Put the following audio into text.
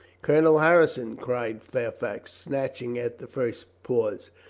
colonel harrison? cried fairfax, snatching at the first pause.